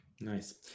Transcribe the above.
nice